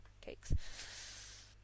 cakes